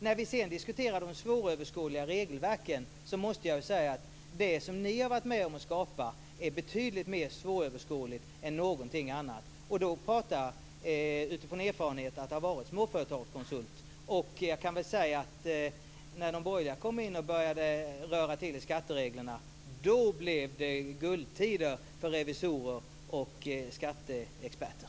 När vi sedan diskuterar de svåröverskådliga regelverken tycker jag att det som ni har varit med om att skapa är betydligt mer svåröverskådligt än någonting annat. Nu pratar jag utifrån erfarenhet av att ha varit småföretagskonsult. När de borgerliga kom in och började röra till skattereglerna - då blev det guldtider för revisorer och skatteexperter.